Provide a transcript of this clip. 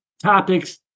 topics